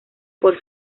por